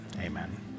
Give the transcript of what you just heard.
Amen